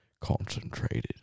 concentrated